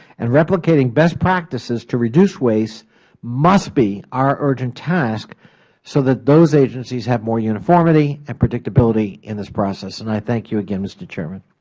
and replicating best practices to reduce waste mus be our urgent task so that those agencies have more uniformity and predictability in this process. and i thank you again, mr. chairman.